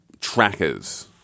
trackers